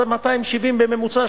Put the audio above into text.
אז 270 בממוצע,